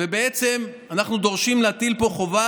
ובעצם אנחנו דורשים להטיל פה חובה,